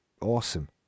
awesome